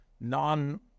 non